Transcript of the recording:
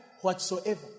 whatsoever